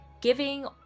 giving